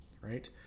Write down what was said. Right